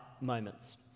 moments